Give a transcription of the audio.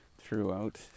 throughout